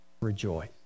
Rejoice